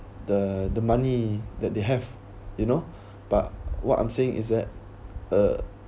the the money that they have you know but what I'm saying is that uh